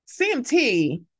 CMT